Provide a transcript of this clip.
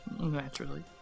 Naturally